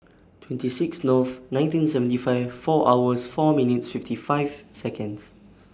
twenty six Nov nineteen seventy five four hours four minutes fifty five Seconds